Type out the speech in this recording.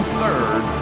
third